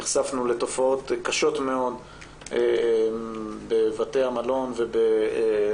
נחשפנו לתופעות קשות מאוד בבתי המלון ובאירועים